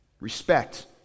respect